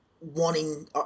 wanting